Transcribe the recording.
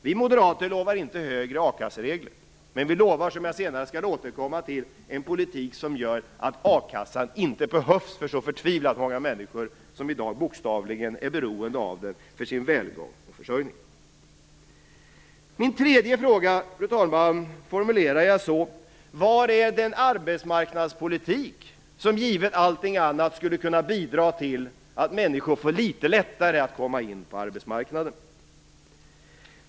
Vi moderater lovar inte högre a-kasseersättning, men vi lovar, som jag senare skall återkomma till, en politik som gör att a-kassan inte behövs för så förtvivlat många människor, som i dag bokstavligen är beroende av den för sin välgång och försörjning. Min tredje fråga, fru talman, formulerar jag så här: Var är den arbetsmarknadspolitik som, givet allting annat, skulle kunna bidra till att människor får litet lättare att komma in på arbetsmarknaden?